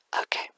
okay